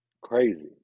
crazy